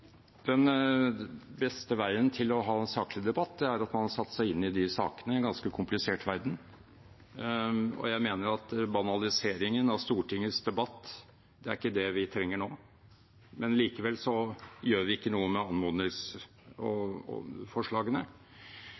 at man har satt seg inn i sakene, i en ganske komplisert verden. Jeg mener at banalisering av Stortingets debatt ikke er det vi trenger nå. Men likevel gjør vi ikke noe med anmodningsforslagene. Maktfordelingsprinsippet skal sikre en funksjonsmessig og